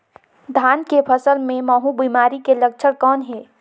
धान के फसल मे महू बिमारी के लक्षण कौन हे?